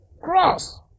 cross